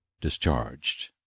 discharged